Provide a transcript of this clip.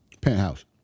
Penthouse